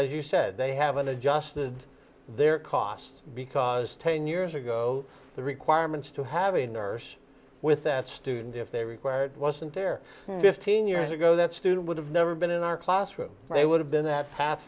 as you said they haven't adjusted their cost because ten years ago the requirements to have a nurse with that student if they required wasn't there fifteen years ago that student would have never been in our classroom they would have been that